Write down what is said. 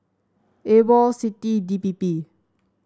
AWOL CITI and D P P